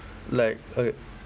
like okay